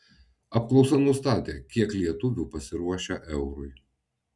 apklausa nustatė kiek lietuvių pasiruošę eurui